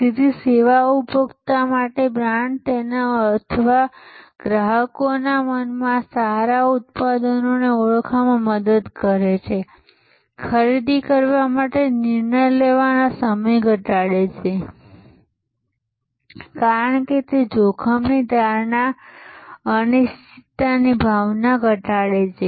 તેથી સેવા ઉપભોક્તા માટે બ્રાન્ડ તેના અથવા ગ્રાહકોના મનમાં સારા ઉત્પાદનોને ઓળખવામાં મદદ કરે છે ખરીદી કરવા માટે નિર્ણય લેવાનો સમય ઘટાડે છે કારણ કે તે જોખમની ધારણા અનિશ્ચિતતાની ભાવના ઘટાડે છે